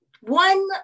one